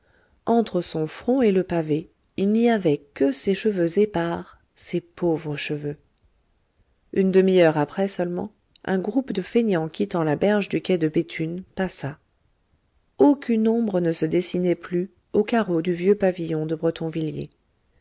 entre son front et le pavé il n'y avait que ses cheveux épars ses pauvres cheveux une demi-heure après seulement un groupe de fainéants quittant la berge du quai de béthune passa aucune ombre ne se dessinait plus aux carreaux du vieux pavillon de